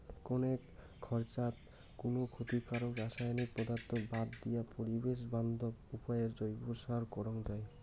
কণেক খরচাত কুনো ক্ষতিকারক রাসায়নিক পদার্থ বাদ দিয়া পরিবেশ বান্ধব উপায় জৈব সার করাং যাই